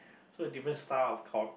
so different style of